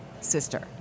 sister